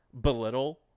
belittle